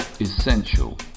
Essential